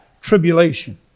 tribulation